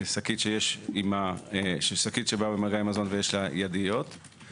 החובה האחרונה היא לפרט בחשבונית את העובדה שנמכרות שקיות.